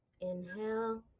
inhale